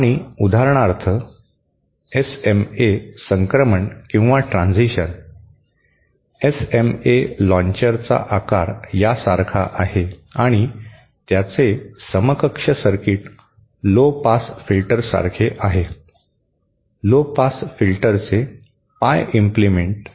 आणि उदाहरणार्थ एसएमए संक्रमण किंवा ट्रांझिशन एसएमए लाँचरचा आकार यासारखा आहे आणि त्याचे समकक्ष सर्किट लो पास फिल्टर सारखे आहे लो पास फिल्टरचे पाय इम्प्लेमेंट